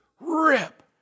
rip